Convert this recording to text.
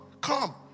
come